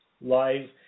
Live